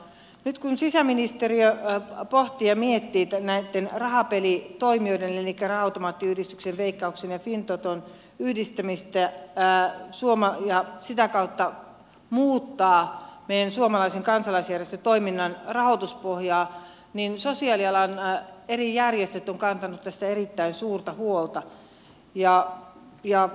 nyt kun sisäministeriö pohtii ja miettii näitten rahapelitoimijoiden elikkä raha automaattiyhdistyksen veikkauksen ja fintoton yhdistämistä ja sitä kautta muuttaa meidän suomalaisen kansalaisjärjestötoiminnan rahoituspohjaa niin sosiaalialan eri järjestöt ovat kantaneet tästä erittäin suurta huolta